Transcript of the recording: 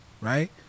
right